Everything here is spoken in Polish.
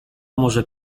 może